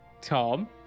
Tom